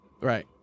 Right